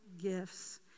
gifts